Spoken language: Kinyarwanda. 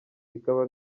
rikaba